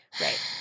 Right